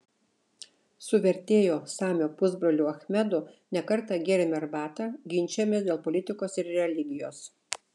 su vertėjo samio pusbroliu achmedu ne kartą gėrėme arbatą ginčijomės dėl politikos ir religijos